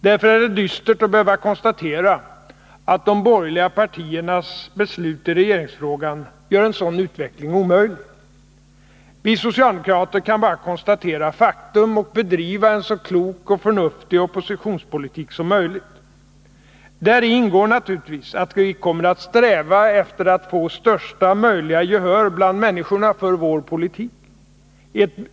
Därför är det dystert att behöva konstatera att de borgerliga partiernas beslut i regeringsfrågan gör en sådan utveckling omöjlig. Vi socialdemokrater kan bara konstatera faktum och bedriva en så klok och förnuftig oppositionspolitik som möjligt. Däri ingår naturligtvis att vi kommer att sträva efter att få största möjliga gehör bland människorna för vår politik.